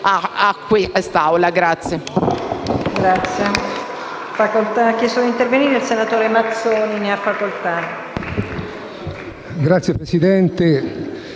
Grazie,